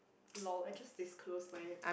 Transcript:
lol I just disclose my